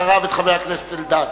אחריו, חבר הכנסת אלדד.